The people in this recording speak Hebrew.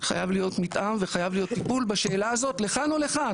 חייב להיות מתאם וחייב להיות טיפול בשאלה הזאת לכאן או לכאן,